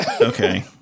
Okay